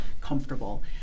comfortable